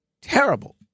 terrible